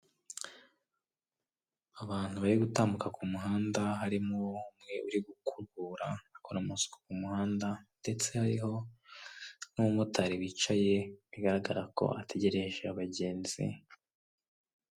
Ishami rishinzwe ubucuruzi, kandi rinini cyane rifasha abaguzi kuba bagura bisanzuye mu gihe bakeneye ibyo kurya, bakaba babibona mu buryo bworoshye cyane.